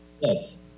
Yes